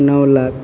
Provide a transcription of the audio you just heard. णव लाख